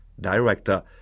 director